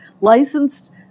licensed